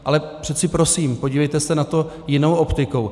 Ale přece prosím, podívejte se na to jinou optikou.